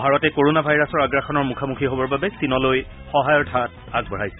ভাৰতে কৰোণা ভাইৰাছৰ আগ্ৰাসনৰ মুখামুখি হবৰ বাবে চীনলৈ সহায়ৰ হাত আগবঢ়াইছে